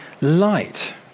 light